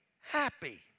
happy